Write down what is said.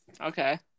Okay